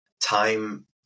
time